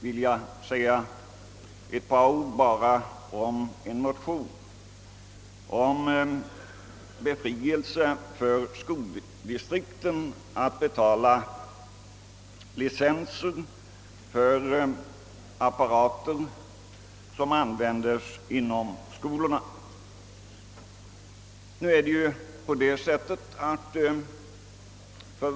Vidare har en motion väckts om befrielse för skoldistrikten att betala licenser för apparater som användes inom skolorna.